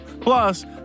Plus